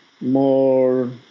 more